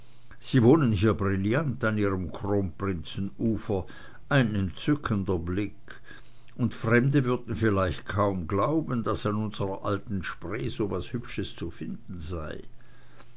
sie wohnen hier brillant an ihrem kronprinzenufer ein entzückender blick und fremde würden vielleicht kaum glauben daß an unsrer alten spree so was hübsches zu finden sei